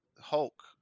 Hulk